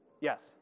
Yes